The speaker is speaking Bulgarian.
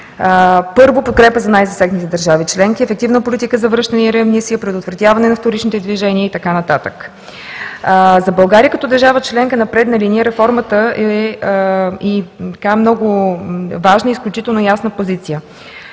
Първо, подкрепа за най-засегнатите държави членки, ефективна политика за връщане, реадмисия, предотвратяване на вторичните движения и така нататък. За България, като държава членка на предна линия, реформата е много важна – изключително ясна позиция.